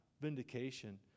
vindication